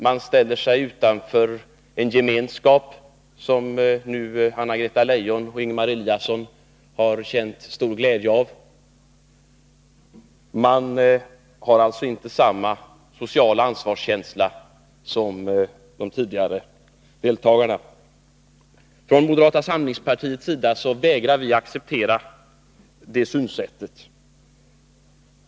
Man ställer sig utanför en gemenskap, som Anna-Greta Leijon och Ingemar Eliasson har känt stor glädje av. Man har alltså inte samma sociala ansvarskänsla som de tidigare deltagarna i debatten. Vi från moderata samlingspartiet vägrar att acceptera detta synsätt.